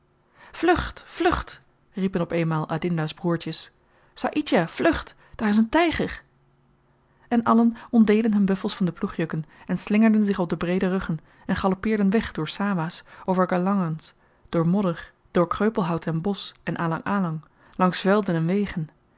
vlucht vlucht riepen op eenmaal adinda's broertjes saïdjah vlucht daar is een tyger en allen ontdeden hun buffels van de ploegjukken en slingerden zich op de breede ruggen en galoppeerden weg door sawahs over galangans door modder door kreupelhout en bosch en allang allang langs velden en wegen